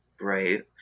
right